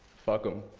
fuck him.